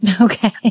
Okay